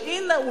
של הנה,